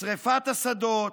שרפת השדות,